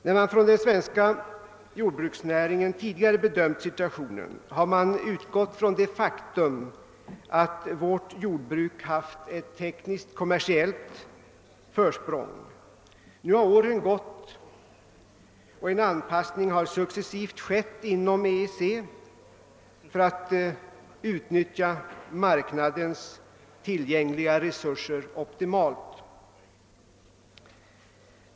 När man inom den svenska jordbruksnäringen tidigare bedömt situationen har man utgått från det faktum att vårt jordbruk haft ett tekniskt-kommersiellt försprång. Nu har åren gått och en anpassning har skett successivt inom EEC för att utnyttja marknadens tillgängliga resurser optimalt.